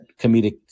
comedic